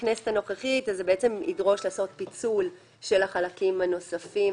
בכנסת הנוכחית אז זה בעצם ידרוש לעשות פיצול של החלקים הנוספים,